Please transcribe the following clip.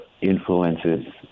influences